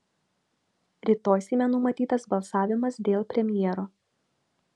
rytoj seime numatytas balsavimas dėl premjero